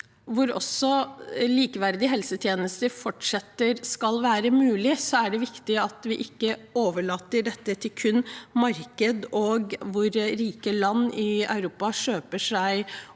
hvor likeverdige helsetjenester fortsatt skal være mulig, er det viktig at vi ikke overlater dette kun til markedet, hvor rike land i Europa kjøper opp